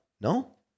no